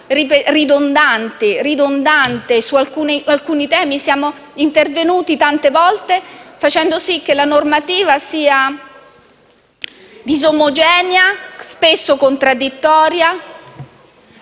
ridondanti: su alcuni temi siamo intervenuti tante volte da far sì che la normativa sia disomogenea e spesso contraddittoria.